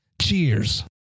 Cheers